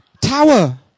tower